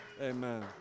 amen